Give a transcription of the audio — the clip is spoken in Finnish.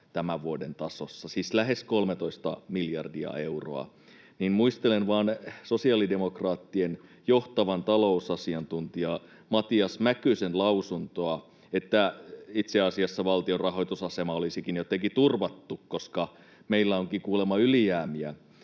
tämän vuoden tasossa, siis lähes 13 miljardia euroa, niin muistelen vain sosiaalidemokraattien johtavan talousasiantuntijan Matias Mäkysen lausuntoa, että itse asiassa valtion rahoitusasema olisikin jotenkin turvattu, koska meillä onkin kuulemma ylijäämiä